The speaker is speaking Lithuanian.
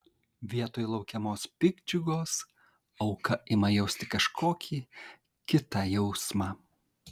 vietoj laukiamos piktdžiugos auka ima jausti kažkokį kitą jausmą